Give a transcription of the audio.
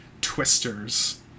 Twisters